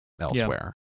elsewhere